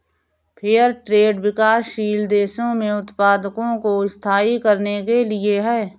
fair trade विकासशील देशों में उत्पादकों को स्थायी करने के लिए है